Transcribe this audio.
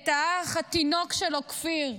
את האח התינוק שלו כפיר,